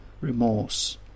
remorse